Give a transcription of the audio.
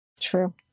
True